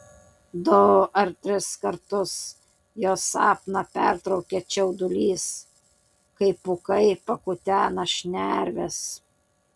du ar tris kartus jo sapną pertraukia čiaudulys kai pūkai pakutena šnerves